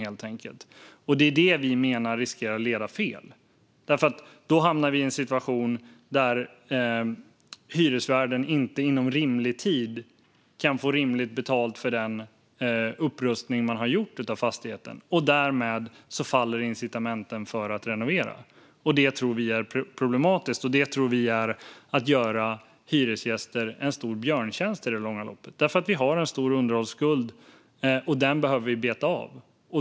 Vi menar att det riskerar att leda fel, för då hamnar vi i en situation där hyresvärden inte kan få rimligt betalt inom rimlig tid för den upprustning man har gjort av fastigheten. Därmed faller incitamenten för att renovera. Det tror vi är problematiskt, och vi tror också att det är att göra hyresgäster en björntjänst i det långa loppet. Vi har en stor underhållsskuld, och den behöver vi beta av.